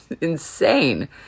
insane